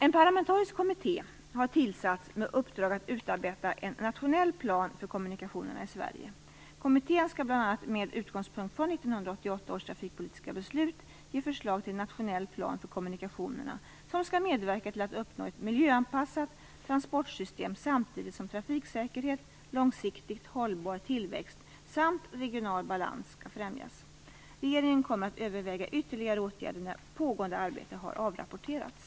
En parlamentarisk kommitté har tillsatts med uppdrag att utarbeta en nationell plan för kommunikationerna i Sverige. Kommittén skall bl.a. med utgångspunkt från 1988 års trafikpolitiska beslut ge förslag till nationell plan för kommunikationerna som skall medverka till att man uppnår ett miljöanpassat transportsystem samtidigt som trafiksäkerhet, långsiktigt hållbar tillväxt samt regional balans skall främjas. Regeringen kommer att överväga ytterligare åtgärder när pågående arbete har avrapporterats.